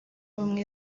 ubumwe